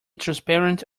transparent